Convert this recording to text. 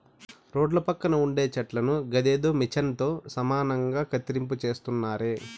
రోడ్ల పక్కన ఉండే చెట్లను గదేదో మిచన్ తో సమానంగా కత్తిరింపు చేస్తున్నారే